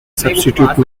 substitute